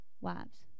wives